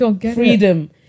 freedom